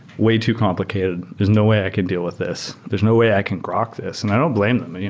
way too complicated. there's no way i can deal with this. there's no way i can grok this. and i don't blame them.